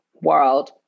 world